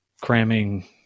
cramming